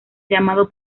llamado